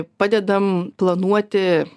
padedam planuoti